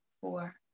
four